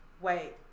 wait